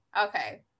okay